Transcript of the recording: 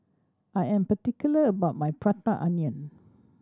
I am particular about my Prata Onion